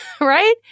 right